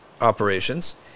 operations